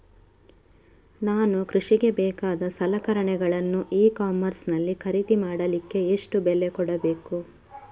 ನಾನು ಕೃಷಿಗೆ ಬೇಕಾದ ಸಲಕರಣೆಗಳನ್ನು ಇ ಕಾಮರ್ಸ್ ನಲ್ಲಿ ಖರೀದಿ ಮಾಡಲಿಕ್ಕೆ ಎಷ್ಟು ಬೆಲೆ ಕೊಡಬೇಕು?